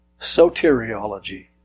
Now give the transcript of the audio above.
soteriology